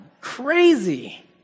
crazy